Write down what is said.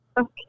Okay